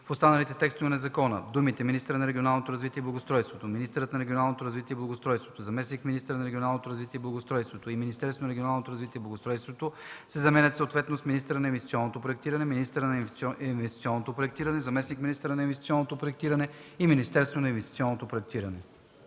В останалите текстове на закона думите „министъра на регионалното развитие и благоустройството”, „министърът на регионалното развитие и благоустройството”, „заместник-министър на регионалното развитие и благоустройството” и „Министерството на регионалното развитие и благоустройството” се заменят съответно с „министъра на инвестиционното проектиране”, „министърът на инвестиционното проектиране”, „заместник-министър на инвестиционното проектиране” и „Министерството на инвестиционното проектиране”.”